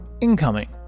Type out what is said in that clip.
incoming